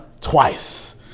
Twice